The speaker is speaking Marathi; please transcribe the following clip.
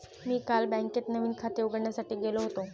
मी काल बँकेत नवीन खाते उघडण्यासाठी गेलो होतो